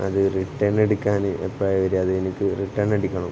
അത് റിട്ടേൺ അടിക്കാൻ എപ്പോഴാ വരിക അത് എനിക്ക് റിട്ടേൺ അടിക്കണം